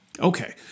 Okay